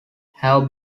have